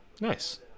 Nice